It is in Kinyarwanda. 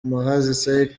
muhazi